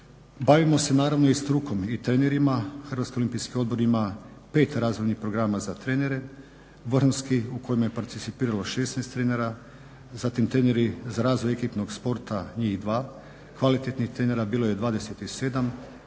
Bavimo se naravno i strukom i trenerima. HOO ima 5 razvojnih programa za trenere vrhunski u kojemu je participiralo 16 trenera, zatim treneri za razvoj ekipnog sporta njih dva, kvalitetnih trenera bilo je 27, trenera